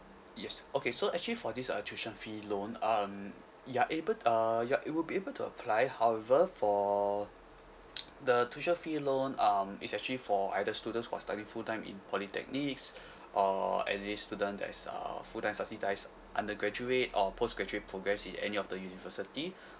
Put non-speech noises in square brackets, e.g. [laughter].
yes okay so actually for this uh tuition fee loan um you're able uh you're you will be able to apply however for [noise] the tuition fee loan um is actually for either students who're studying full time in polytechnics [breath] or any student that is uh full time subsidised undergraduate or postgraduate progress in any of the university [breath]